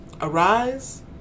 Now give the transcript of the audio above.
Arise